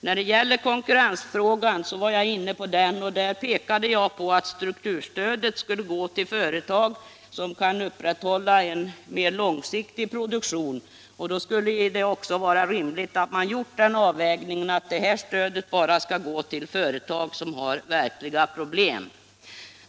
När det gäller konkurrensfrågan pekade jag tidigare på att strukturstödet skulle gå till företag som kan upprätthålla en mer långsiktig produktion. Det borde också med tanke på detta ha varit rimligt att utskottet gjort en sådan avvägning att stödet bara går till företag som har verkliga problem.